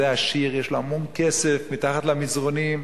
זה עשיר יש לו המון כסף מתחת למזרנים,